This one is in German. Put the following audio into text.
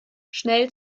schnell